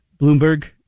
Bloomberg